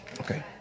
Okay